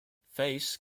face